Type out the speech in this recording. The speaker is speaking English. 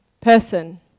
person